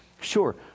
sure